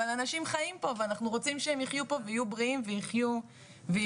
אבל אנשים חיים פה ואנחנו רוצים שהם יחיו פה ויהיו בריאים ויחיו טוב,